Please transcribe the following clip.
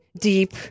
deep